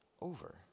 over